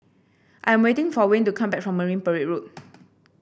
I'm waiting for Wayne to come back from Marine Parade Road